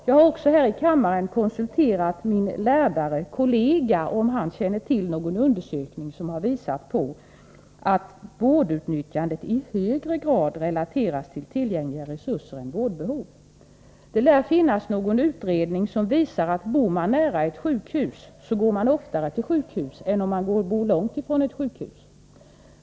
Jag har också här i kammaren konsulterat min lärare/kollega och frågat om han känner till någon undersökning som har visat på att vårdutnyttjandet i högre grad relateras till tillgängliga resurser än vårdbehov. Det lär finnas någon utredning som visar att bor man nära ett sjukhus, går man oftare till sjukhus än om man bor långt i från ett sjukhus.